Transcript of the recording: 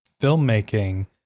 filmmaking